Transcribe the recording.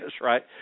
right